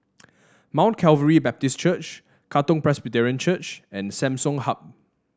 Mount Calvary Baptist Church Katong Presbyterian Church and Samsung Hub